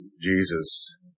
Jesus